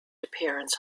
appearance